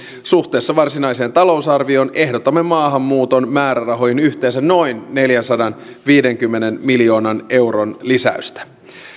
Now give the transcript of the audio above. suhteessa varsinaiseen talousarvioon ehdotamme maahanmuuton määrärahoihin yhteensä noin neljänsadanviidenkymmenen miljoonan euron lisäystä